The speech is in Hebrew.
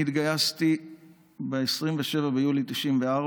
אני התגייסתי ב-27 ביולי 1994,